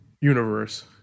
universe